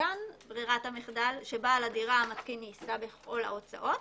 וכאן ברירת המחדל שבעל הדירה המתקין יישא בכל ההוצאות,